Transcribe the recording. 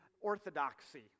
orthodoxy